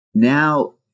Now